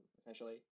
essentially